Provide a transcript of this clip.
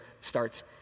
starts